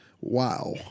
Wow